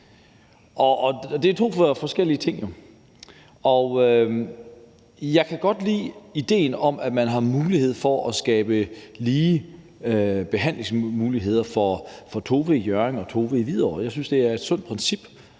Det er jo to forskellige ting. Jeg kan godt lide idéen om, at der er lige behandlingsmuligheder for Tove i Hjørring og Tove i Hvidovre. Jeg synes, det er et sundt princip,